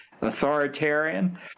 authoritarian